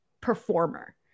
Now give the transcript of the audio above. performer